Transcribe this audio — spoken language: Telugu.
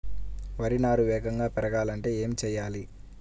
వరి నారు వేగంగా పెరగాలంటే ఏమి చెయ్యాలి?